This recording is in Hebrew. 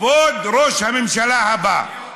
כבוד ראש הממשלה הבא,